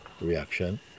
Reaction